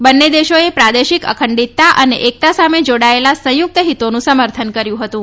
બંને દેશોએ પ્રાદેશિક અખંડિતતા અને એકતા સામે જાડાયેલા સંયુક્ત હિતોનું સમર્થન કર્યું હતું